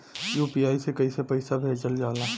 UPI से कइसे पैसा भेजल जाला?